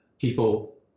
people